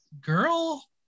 girl